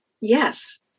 yes